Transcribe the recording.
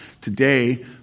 Today